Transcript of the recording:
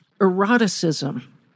eroticism